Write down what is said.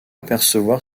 apercevoir